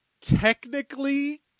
technically